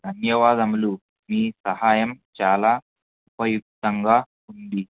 ధన్యవాదములు మీ సహాయం చాలా ఉపయుక్తంగా ఉంది